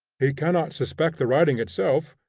he cannot suspect the writing itself.